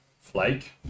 Flake